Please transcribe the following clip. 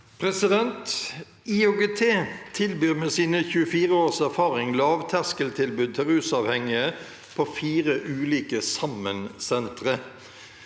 «IOGT tilbyr med sin 24 års erfaring lavterskeltilbud til rusavhengige på fire ulike sammensentre.